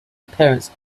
appearance